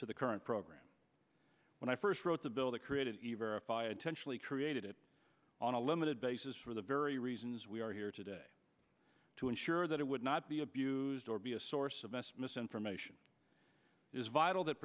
to the current program when i first wrote the bill that created by attention we created it on a limited basis for the very reasons we are here today to ensure that it would not be abused or be a source of s misinformation is vital that